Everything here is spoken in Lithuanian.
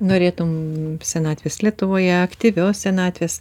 norėtum senatvės lietuvoje aktyvios senatvės